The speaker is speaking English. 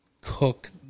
cook